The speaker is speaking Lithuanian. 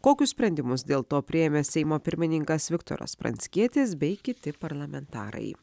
kokius sprendimus dėl to priėmė seimo pirmininkas viktoras pranckietis bei kiti parlamentarai